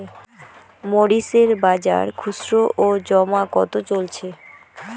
মরিচ এর বাজার খুচরো ও জমা কত চলছে?